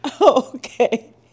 Okay